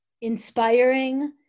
inspiring